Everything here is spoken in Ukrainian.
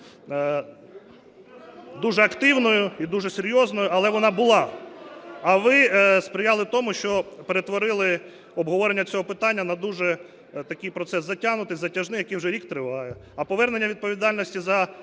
дуже активною і дуже серйозною, але вона була. А ви сприяли тому, що перетворили обговорення цього питання на дуже такий процес затягнутий, затяжний, який вже рік триває. А повернення відповідальності за